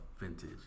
Vintage